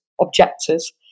objectors